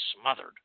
smothered